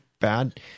bad